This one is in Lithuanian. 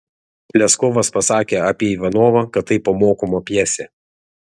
leskovas pasakė apie ivanovą kad tai pamokoma pjesė